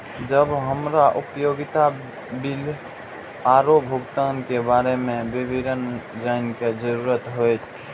जब हमरा उपयोगिता बिल आरो भुगतान के बारे में विवरण जानय के जरुरत होय?